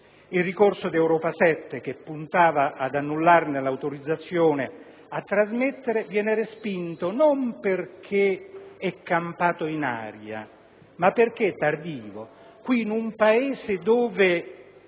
Il ricorso di Europa 7, che puntava ad annullarne l'autorizzazione a trasmettere, viene respinto, non perché campato in aria ma perché tardivo. Qui, in un Paese dove